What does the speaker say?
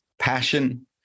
passion